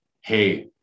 hey